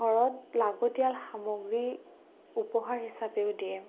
ঘৰত লাগতিয়াল সামগ্ৰী উপহাৰ হিচাপেও দিয়ে